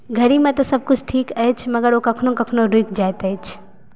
घड़ीमे तऽ सब कुछ ठीक अछि मगर ओ कखनो कखनो रुकि जाइत अछि